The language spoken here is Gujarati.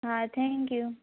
હા થેન્ક યુ